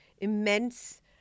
immense